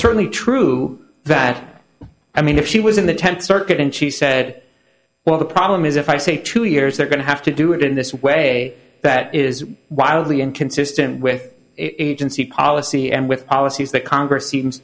certainly true that i mean if she was in the tenth circuit and she said well the problem is if i say two years they're going to have to do it in this way that is wildly inconsistent with it and see policy end with odyssey's that congress seems